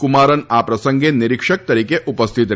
કુમારન આ પ્રસંગે નિરીક્ષક તરીકે ઉપસ્થિત રહેશે